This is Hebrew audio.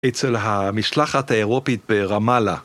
אצל המשלחת האירופית ברמאללה